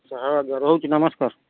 ହଁ ରହୁଛି ନମସ୍କାର